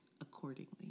accordingly